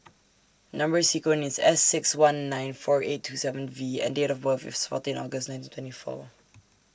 Number sequence IS S six one nine four eight two seven V and Date of birth IS fourteen August nineteen twenty four